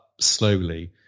slowly